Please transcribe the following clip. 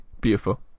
beautiful